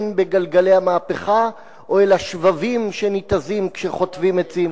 בגלגלי המהפכה או כאל השבבים שניתזים כשחוטבים עצים.